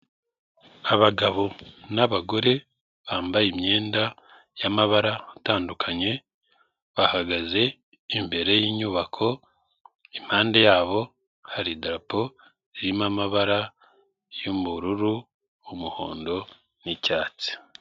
Abagabo n'abagore bambaye imyenda y'amabara atandukanye, bahagaze imbere y'inyubako, impande yabo hari idarapo ririmo amabara y'ubururu, umuhondo n'icyatsi.